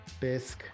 BISC